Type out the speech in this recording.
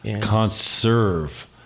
conserve